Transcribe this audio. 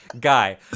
Guy